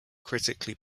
critically